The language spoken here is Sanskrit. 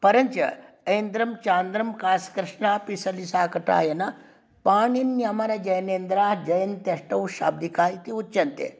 परञ्च ऐन्द्रं चान्द्रं काशकृत्स्न आपिशलिशाकटायनपाणिन्यमरजैनेन्द्राः जयन्तष्टौ शाब्दिकाः इति उच्यन्ते